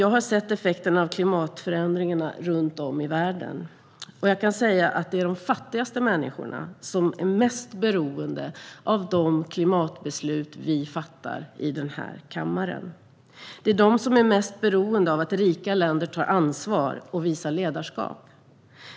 Jag har sett effekterna av klimatförändringarna runt om i världen, och jag kan säga att det är de fattigaste människorna som är mest beroende av de klimatbeslut som vi fattar i denna kammare. Det är de som är mest beroende av att rika länder tar ansvar och visar ledarskap.